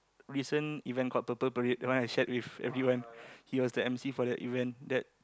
recent event called Purple-Parade the one I shared with everyone he was the emcee for that event that